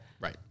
Right